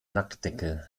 lackdicke